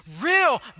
real